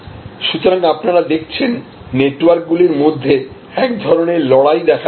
সুতরাং আপনারা দেখছেন নেটওয়ার্ক গুলির মধ্যে এক ধরণের লড়াই দেখা দিচ্ছে